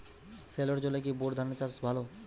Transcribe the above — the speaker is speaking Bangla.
সেলোর জলে কি বোর ধানের চাষ ভালো?